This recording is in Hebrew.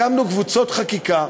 הקמנו קבוצות חקיקה.